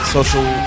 Social